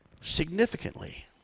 Significantly